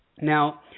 Now